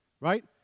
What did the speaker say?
right